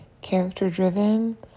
character-driven